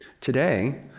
Today